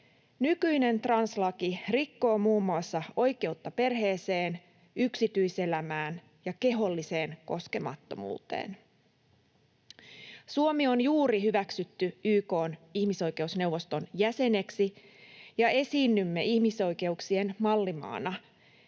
Nykyinen translaki rikkoo muun muassa oikeutta perheeseen, yksityiselämään ja keholliseen koskemattomuuteen. Suomi on juuri hyväksytty YK:n ihmisoikeusneuvoston jäseneksi, ja esiinnymme ihmisoikeuksien mallimaana.